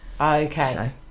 Okay